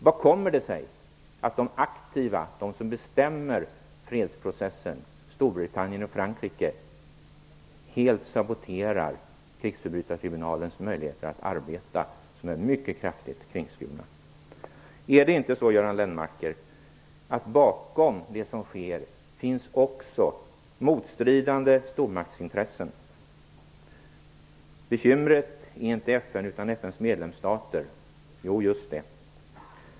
Vad kommer det sig att de aktiva som bestämmer över fredsprocessen - Storbritannien och Frankrike - helt saboterar krigsförbrytartribunalens möjligheter att arbeta? Möjligheterna är mycket kraftigt kringskurna. Är det inte så, Göran Lennmarker, att bakom det som sker finns också motstridande stormaktsintressen? Bekymret är inte FN utan FN:s medlemsstater. Jo, just det.